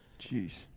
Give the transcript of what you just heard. Jeez